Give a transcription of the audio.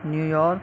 New York